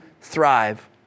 thrive